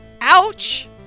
Ouch